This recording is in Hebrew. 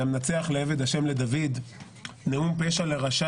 לַמְנַצֵּחַ לְעֶבֶד־ה' לְדָוִד׃ נְאֻם־פֶּשַׁע לָרָשָׁע